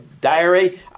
diary